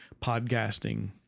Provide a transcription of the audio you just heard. podcasting